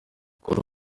kuri